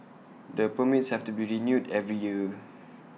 the permits have to be renewed every year